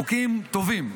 חוקים טובים.